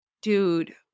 Dude